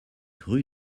rue